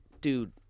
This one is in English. dude